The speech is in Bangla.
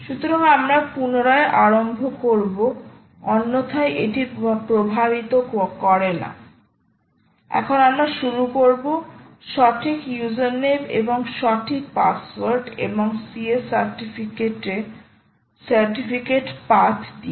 সুতরাং আমরা পুনরায় আরম্ভ করব অন্যথায় এটি প্রভাবিত করে না এখন আমরা শুরু করব সঠিক ইউজারনেম এবং সঠিক পাসওয়ার্ড এবং ca সার্টিফিকেট পাথটি দিয়ে